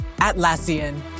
Atlassian